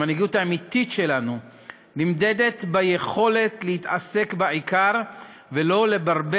המנהיגות האמיתית שלנו נמדדת ביכולת להתעסק בעיקר ולא לברבר